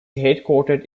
headquartered